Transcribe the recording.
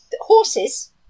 Horses